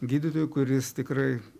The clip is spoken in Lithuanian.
gydytojui kuris tikrai